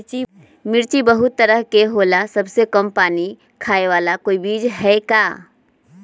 मिर्ची बहुत तरह के होला सबसे कम पानी खाए वाला कोई बीज है का?